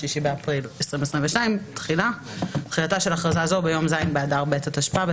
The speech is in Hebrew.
6 באפריל 2022. תחילה תחילתה של הכרזה זו ביום ז' באדר ב' התשפ"ב,